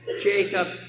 Jacob